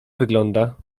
wygląda